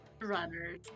Runners